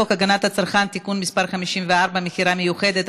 הגנת הצרכן (תיקון מס' 54) (מכירה מיוחדת),